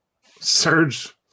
surge